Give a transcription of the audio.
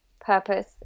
purpose